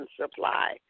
supply